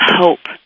hope